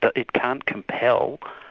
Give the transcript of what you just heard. but it can't compel,